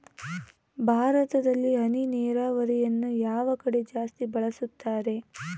ಭಾರತದಲ್ಲಿ ಹನಿ ನೇರಾವರಿಯನ್ನು ಯಾವ ಕಡೆ ಜಾಸ್ತಿ ಬಳಸುತ್ತಾರೆ?